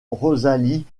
rosalie